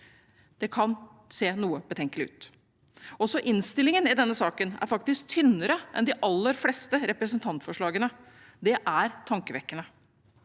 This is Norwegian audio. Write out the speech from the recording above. Det kan se noe betenkelig ut. Også innstillingen i denne saken er faktisk tynnere enn de aller fleste representantforslagene. Det er tankevekkende.